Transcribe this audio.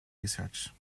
research